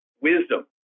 wisdom